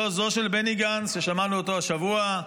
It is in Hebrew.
היא זו של בני גנץ, ששמענו אותו השבוע.